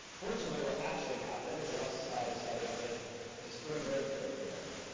fortunately what actually happened is alexis and i decided to take a spring break trip together.